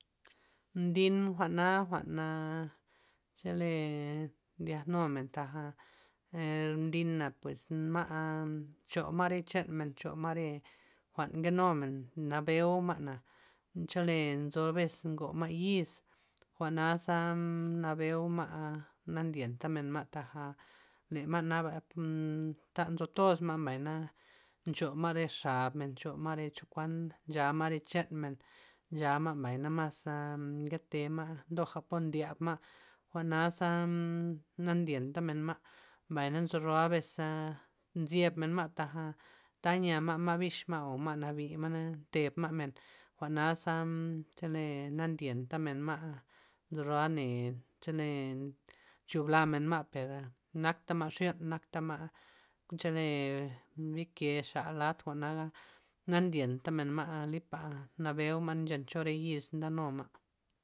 Mdin jwa'na jwa'nna chale ndiak numen taja mdina pues ma' ncho re chanmen ncho ma' re jwa'n nke numen, nabyo'u ma' na chole nzo re bes ngo ma' yis, jwa'na za nabio'u ma' na ndienta men ma' taja le ma' naba ta' nzo tos ma' mbayna nchu ma' re xabmen ncho kuan ncha ma' re xanmen, ncha ma' mbay mas ngetema' poja ndya'b ma, jwa'na za na ndyenta men ma' mbay na nzo roa bes nzyeb men ma' taj tayi'a ma' bix ma' o ma' nabi ma' nzebma' men jwa'naza chele nan dyenta men ma' nzoro'a men chele nchupla men ma' per nakta ma' xyon nakta ma' chole bike xala lad jwa'naza na ndienta men ma' lipa na bio'ma, nachenta cho re yis nde nu ma'